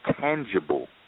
tangible